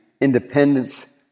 independence